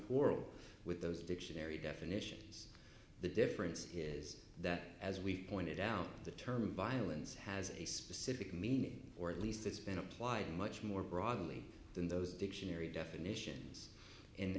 quarrel with those dictionary definitions the difference here is that as we've pointed out the term violence has a specific meaning or at least it's been applied in much more broadly than those dictionary definitions in